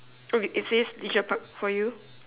oh r~ it it says leisure park for you